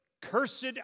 Cursed